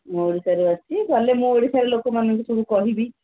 ମୁଁ ଓଡ଼ିଶାରୁ ଆସିଛି ଗଲେ ମୁଁ ଓଡ଼ିଶାର ଲୋକମାନଙ୍କୁ ସବୁ କହିବି